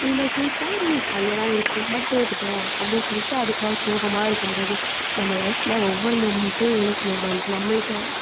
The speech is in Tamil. இதில் ஜெயித்தா ஜாலியாக தான் இருக்கும் பட் தோற்றுட்டோம் அப்படின் சொல்லிவிட்டு அதுக்காக சோகமாக இருக்க முடியாது நம்ம லைஃப்பில் ஒவ்வொரு மூமெண்ட்டும் யுனிக் மூமெண்ட் நம்மளுக்கு